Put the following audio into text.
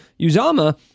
Uzama